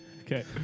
Okay